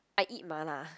I eat mala